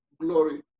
glory